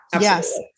Yes